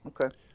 okay